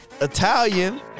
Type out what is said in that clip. Italian